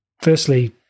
firstly